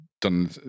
done